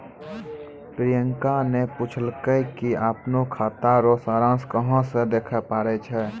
प्रियंका ने पूछलकै कि अपनो खाता रो सारांश कहां से देखै पारै छै